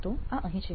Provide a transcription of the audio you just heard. તો આ અહીં છે